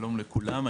שלום לכולם,